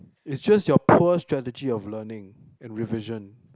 is just your poor strategy of learning and revision